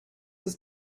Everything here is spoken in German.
ist